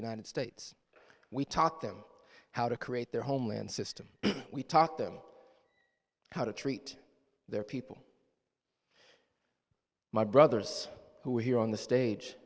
united states we talked them how to create their homeland system we talked them how to treat their people my brothers who were here on the stage